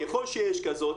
ככל שיש כזאת,